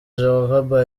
jehova